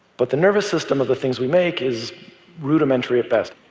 but the nervous system of the things we make is rudimentary at best.